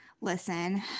Listen